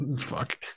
fuck